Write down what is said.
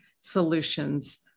solutions